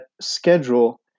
schedule